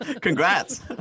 Congrats